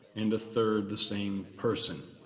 and a third the same person.